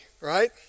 right